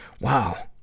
Wow